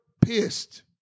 pissed